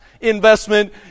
investment